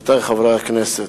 עמיתי חברי הכנסת,